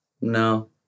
No